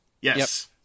Yes